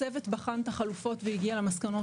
הצוות בחן את החלופות והגיע למסקנות